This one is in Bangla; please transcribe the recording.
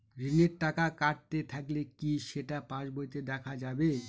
ঋণের টাকা কাটতে থাকলে কি সেটা পাসবইতে দেখা যাবে?